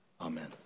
Amen